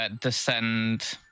descend